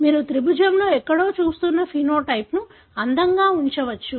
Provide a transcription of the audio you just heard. మీరు త్రిభుజంలో ఎక్కడో చూస్తున్న ఫెనోటైప్ ను' అందంగా ఉంచవచ్చు